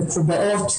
מקובעות,